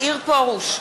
מאיר פרוש,